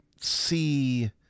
see